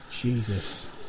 Jesus